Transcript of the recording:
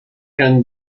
can